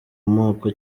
moko